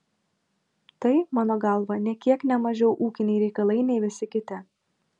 tai mano galva nė kiek ne mažiau ūkiniai reikalai nei visi kiti